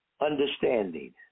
understanding